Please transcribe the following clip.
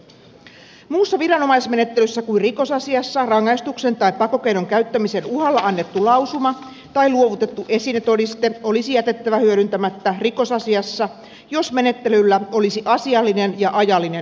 muussa viranomaismenettelyssä kuin rikosasiassa rangaistuksen tai pakkokeinon käyttämisen uhalla annettu lausuma tai luovutettu esinetodiste olisi jätettävä hyödyntämättä rikosasiassa jos menettelyllä olisi asiallinen ja ajallinen yhteys